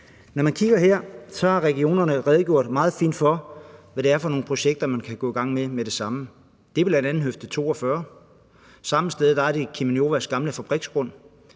Når man kigger her, kan man se, at regionerne har redegjort meget fint for, hvad det er for nogle projekter, man kan gå i gang med med det samme. Det er bl.a. Høfde 42, og samme sted er det Cheminovas gamle fabriksgrund.